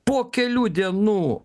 po kelių dienų